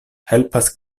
helpas